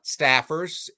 staffers